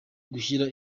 gushyira